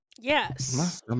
Yes